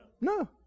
No